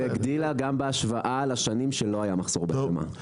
זה הגדיל גם בהשוואה לשנים שלא היה מחסור בחמאה.